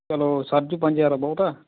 ਚੱਲੋ ਸਰ ਜੀ ਪੰਜ ਹਜ਼ਾਰ ਬਹੁਤ ਹੈ